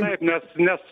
nes nes